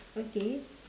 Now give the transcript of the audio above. okay